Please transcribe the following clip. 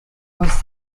was